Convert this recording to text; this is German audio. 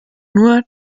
nur